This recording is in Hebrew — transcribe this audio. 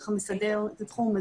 שככה מסדר את התחום הזה.